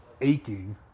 aching